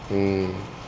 mm